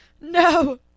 No